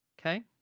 Okay